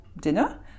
dinner